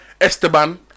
Esteban